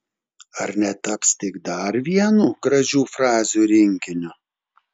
ar netaps tik dar vienu gražių frazių rinkiniu